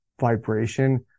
vibration